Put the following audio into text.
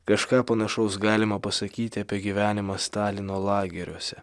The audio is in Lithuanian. kažką panašaus galima pasakyti apie gyvenimą stalino lageriuose